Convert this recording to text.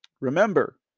Remember